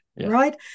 right